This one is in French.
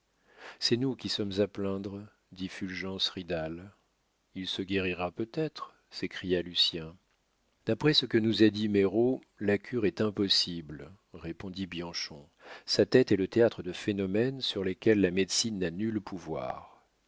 c'est nous qui sommes à plaindre dit fulgence ridal il se guérira peut-être s'écria lucien d'après ce que nous a dit meyraux la cure est impossible répondit bianchon sa tête est le théâtre de phénomènes sur lesquels la médecine n'a nul pouvoir